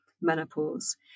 menopause